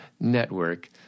network